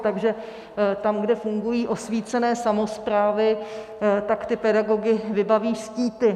Takže tam, kde fungují osvícené samosprávy, tak ty pedagogy vybaví štíty.